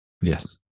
Yes